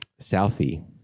Southie